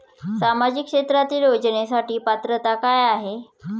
सामाजिक क्षेत्रांतील योजनेसाठी पात्रता काय आहे?